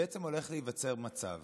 בעצם הולך להיווצר מצב